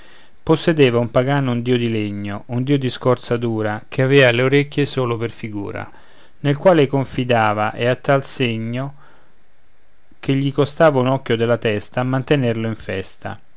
possedeva un pagano un dio di legno un dio di scorza dura che avea le orecchie solo per figura nel quale ei confidava ed a tal segno che gli costava un occhio della testa a mantenerlo in festa